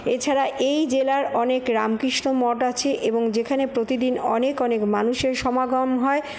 এছাড়া এই জেলার অনেক রামকৃষ্ণ মঠ আছে এবং যেখানে প্রতিদিন অনেক অনেক মানুষের সমাগম হয়